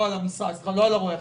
לא התגוללנו על אף אחד.